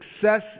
Success